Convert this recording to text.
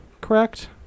correct